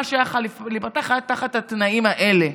שהיה יכול להיפתח היה תחת התנאים האלה.